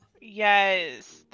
Yes